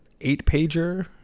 eight-pager